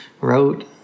wrote